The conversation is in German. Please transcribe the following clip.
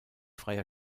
freier